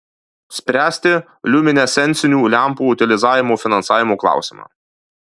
spręsti liuminescencinių lempų utilizavimo finansavimo klausimą